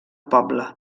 poble